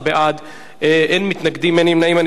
16 בעד, אין מתנגדים ואין נמנעים.